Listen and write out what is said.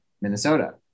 Minnesota